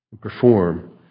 Perform